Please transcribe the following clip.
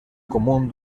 común